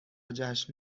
جشن